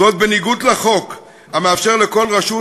זאת בניגוד לחוק המאפשר לכל רשות,